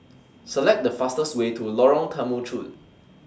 Select The fastest Way to Lorong Temechut